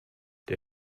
der